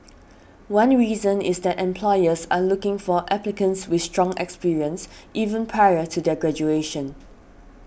one reason is that employers are looking for applicants with strong experience even prior to their graduation